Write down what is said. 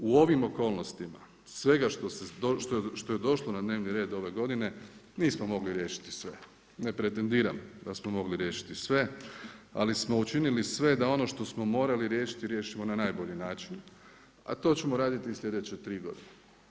U ovim okolnostima sve što je došlo na dnevni red ove godine nismo mogli riješiti sve, ne pretendiram da smo mogli riješiti sve, ali smo učinili sve da ono što smo morali riješiti na najbolji način a to ćemo raditi i sljedeće 3 godine.